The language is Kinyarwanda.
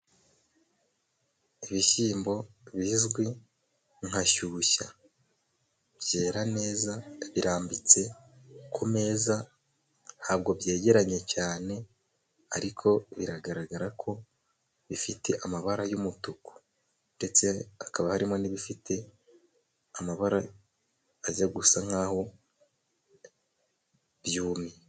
Ibishyimbo bizwi nka shyushya, byera neza, birambitse ku meza, ntabwo byegeranye cyane, ariko biragaragara ko bifite amabara y'umutuku, ndetse hakaba harimo n'ibifite amabara, ajya gusa nk'aho byumye.